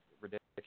ridiculous